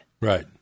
Right